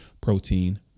protein